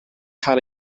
cael